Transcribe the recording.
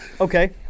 okay